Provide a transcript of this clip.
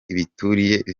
ibiturire